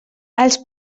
els